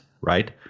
right